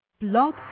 Blog